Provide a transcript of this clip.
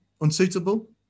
unsuitable